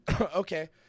Okay